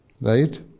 right